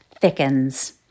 thickens